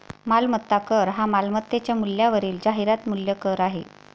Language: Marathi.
मालमत्ता कर हा मालमत्तेच्या मूल्यावरील जाहिरात मूल्य कर आहे